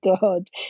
God